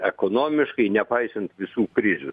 ekonomiškai nepaisant visų krizių